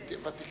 ותיק.